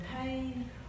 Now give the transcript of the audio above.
pain